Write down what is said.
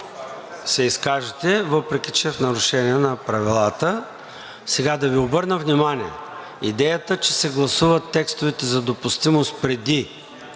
се изкажете, въпреки че е в нарушение на правилата. Да Ви обърна внимание, идеята, че се гласуват текстовете за допустимост преди